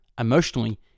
emotionally